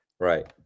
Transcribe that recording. right